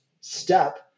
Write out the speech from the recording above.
step